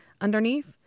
underneath